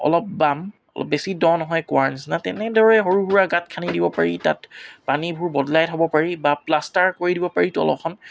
অলপ বাম অলপ বেছি দ নহয় কুঁৱাৰ নিচিনা তেনেদৰে সৰু সুৰা গাঁত খান্দি দিব পাৰি তাত পানীবোৰ বদলাই হ'ব পাৰি বা প্লাষ্টাৰ কৰি দিব পাৰি তলৰখন